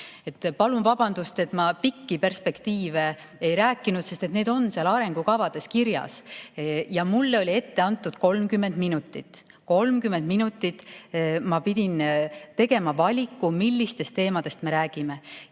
Palun vabandust, et ma pikki perspektiive ei rääkinud, sest need on seal arengukavades kirjas ja mulle oli ette antud 30 minutit. [Ainult] 30 minutit. Ma pidin tegema valiku, millistest teemadest me räägime.